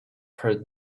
heard